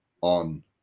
on